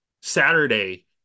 Saturday